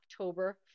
October